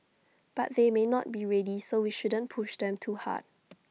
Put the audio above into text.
but they may not be ready so we shouldn't push them too hard